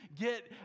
get